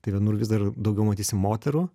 tai vienur vis dar daugiau matysim moterų